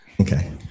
okay